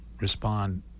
respond